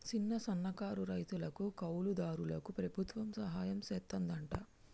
సిన్న, సన్నకారు రైతులకు, కౌలు దారులకు ప్రభుత్వం సహాయం సెత్తాదంట